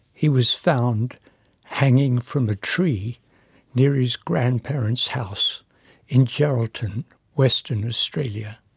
he was found hanging from a tree near his grandparents' house in geraldton western australia.